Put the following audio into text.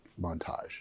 montage